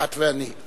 את ואני.